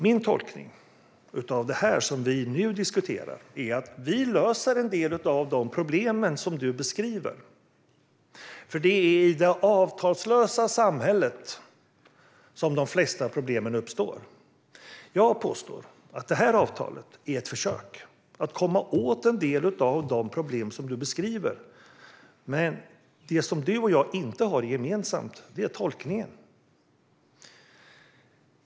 Min tolkning av det vi nu diskuterar är att vi löser en del av de problem som du beskriver. Det är nämligen i det avtalslösa samhället som de flesta problem uppstår. Jag påstår att detta avtal är ett försök att komma åt en del av de problem som du beskriver. Men det som du och jag inte har gemensamt är tolkningen.